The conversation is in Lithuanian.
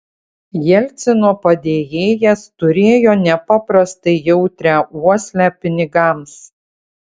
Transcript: jelcino padėjėjas turėjo nepaprastai jautrią uoslę pinigams